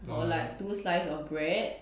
or like two slice of bread